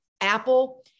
Apple